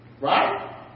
Right